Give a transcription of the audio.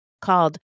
called